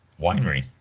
winery